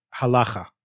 Halacha